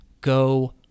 go